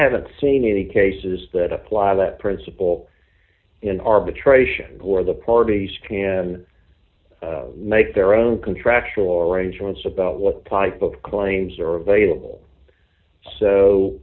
haven't seen any cases that apply that principle in arbitration where the parties can make their own contractual arrangements about what type of claims are available so